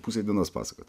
pusę dienos pasakot